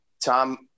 tom